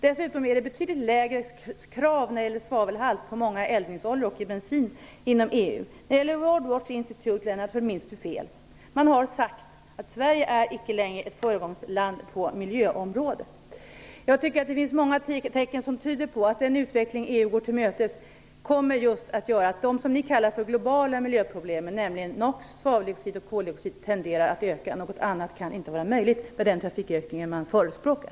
Dessutom är kraven vad gäller svavelhalt betydligt lägre för många eldningsoljor och för bensin inom EU. Beträffande uttalandet från Word Watch Institute minns Lennart Daléus fel. Word Watch Institute har sagt att Sverige icke längre är ett föregångsland på miljöområdet. Det finns många tecken som tyder på att den utveckling som EU går till mötes kommer att göra att de miljöproblem som ni kallar globala, nämligen när det gäller NOx, svaveldioxid och koldioxid, tenderar att öka. Något annat kan inte vara möjligt med den trafikökning som man förespråkar.